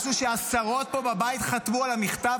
משהו שעשרות פה בבית חתמו על המכתב,